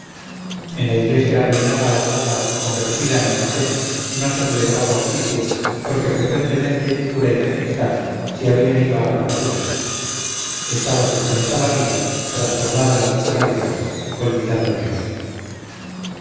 en la iglesia arruinada o volada o convertida en almacén no se celebraba oficio porque frecuentemente cura y sacristán se habían ido a la partida estaba suspensa la vida trastornada la naturaleza olvidado dios